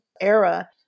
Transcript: era